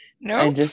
No